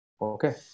Okay